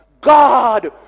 God